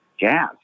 gas